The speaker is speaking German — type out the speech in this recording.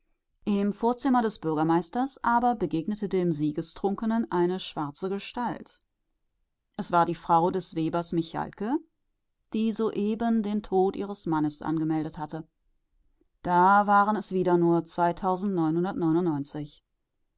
im vorzimmer des bürgermeisters aber begegnete dem siegestrunkenen eine schwarze gestalt es war die frau des webers michalke die soeben den tod ihres mannes angemeldet hatte da waren es